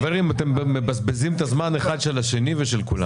חברים, אתם מבזבזים את הזמן אחד של השני ושל כולם.